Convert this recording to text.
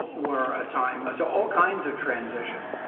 were a time so all kinds of transitions.